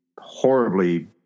horribly